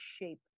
shape